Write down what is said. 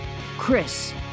Chris